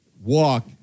Walk